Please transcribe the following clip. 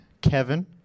Kevin